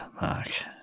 Mark